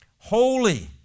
Holy